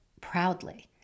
proudly